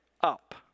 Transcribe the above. up